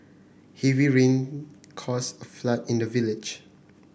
heavy rain caused a flood in the village